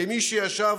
כמי שישב